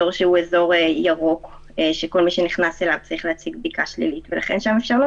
זה אזור ירוק שכל מי שנכנס אליו צריך להציג בדיקה שלילית ולכן שם אפשר.